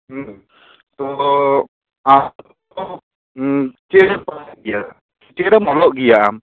ᱛᱚ ᱪᱮᱫ ᱨᱮᱢ ᱚᱞᱚᱜ ᱜᱮᱭᱟᱢ